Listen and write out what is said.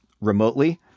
remotely